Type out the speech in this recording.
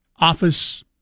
office